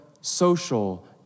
social